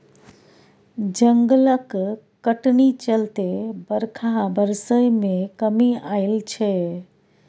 जंगलक कटनी चलते बरखा बरसय मे कमी आएल छै